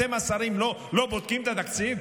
אתם, השרים, לא בודקים את התקציב?